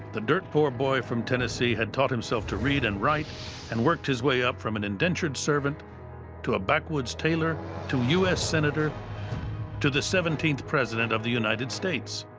the dirt poor boy from tennessee had taught himself to read and write and worked his way up from an indentured servant to a backwoods tailor to u s. senator to the seventeenth president of the united states.